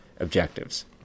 objectives